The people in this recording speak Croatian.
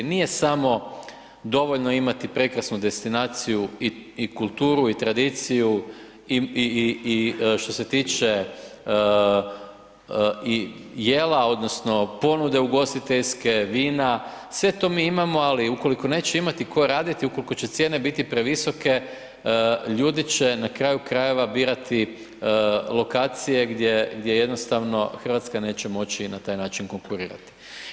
Nije samo dovoljno imati prekrasnu destinaciju i kulturu i tradiciju i što se tiče i jela odnosno ponude ugostiteljske, vina, sve to mi imamo, ali ukoliko neće imati tko raditi, ukoliko će cijene biti previsoke, ljudi će na kraju krajeva birati lokacije gdje jednostavno RH neće moći na taj način konkurirati.